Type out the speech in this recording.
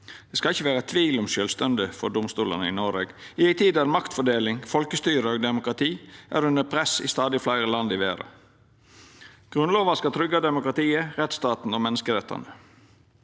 Det skal ikkje vera tvil om sjølvstendet for domstolane i Noreg i ei tid der maktfordeling, folkestyre og demokrati er under press i stadig fleire land i verda. Grunnlova skal tryggja demokratiet, rettsstaten og menneskerettane.